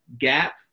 gap